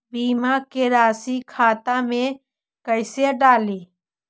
बीमा के रासी खाता में कैसे डाली?